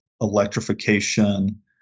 electrification